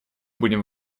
будем